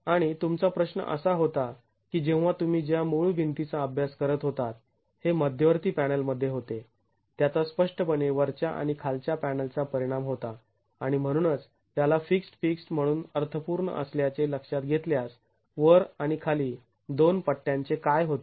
आणि तुमचा प्रश्न असा होता की जेव्हा तुम्ही ज्या मूळ भिंतीचा अभ्यास करत होतात हे मध्यवर्ती पॅनलमध्ये होते त्याचा स्पष्टपणे वरच्या आणि खालच्या पॅनलचा परिणाम होता आणि म्हणूनच त्याला फिक्स्ड् फिक्स्ड् म्हणून अर्थपूर्ण असल्याचे लक्षात घेतल्यास वर आणि खाली दोन पट्ट्यांचे काय होते